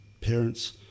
parents